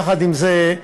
עם זאת,